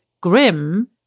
grim